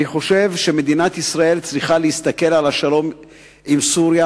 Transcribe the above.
אני חושב שמדינת ישראל צריכה להסתכל על השלום עם סוריה